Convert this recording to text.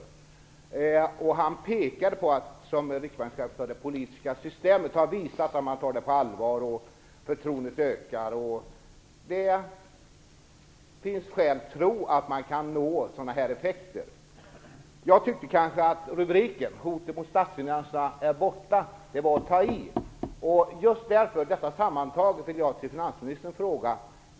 Riksbankschefen pekade på att det politiska systemet har visat att man tar detta på allvar, att förtroendet ökar och att det finns skäl att tro att man kan nå sådana effekter. Jag tyckte kanske att rubriken, Hotet mot statsfinanserna är borta, var att ta i. Just därför vill jag ställa en fråga till finansministern.